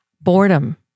boredom